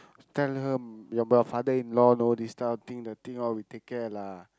tell her m~ your your father in law know this kind of thing the thing all we take care lah